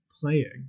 playing